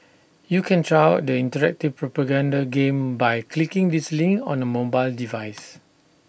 you can try out the interactive propaganda game by clicking this link on A mobile device